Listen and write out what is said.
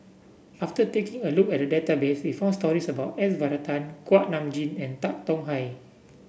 after taking a look at the database we found stories about S Varathan Kuak Nam Jin and Tan Tong Hye